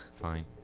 Fine